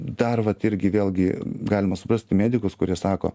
dar vat irgi vėlgi galima suprasti medikus kurie sako